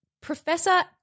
Professor